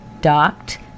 docked